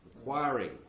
Acquiring